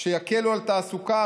שיקלו על התעסוקה,